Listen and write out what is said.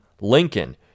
Lincoln